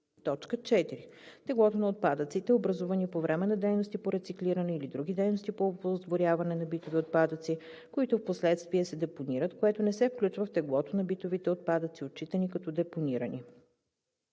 4. теглото на отпадъците, образувани по време на дейности по рециклиране или други дейности по оползотворяване на битови отпадъци, които впоследствие се депонират, което не се включва в теглото на битовите отпадъци, отчитани като депонирани.